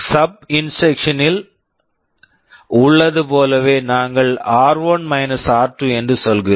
SUB SUB instruction instruction இல் உள்ளது போலவே நாங்கள் r1 r2 என்று சொல்கிறோம்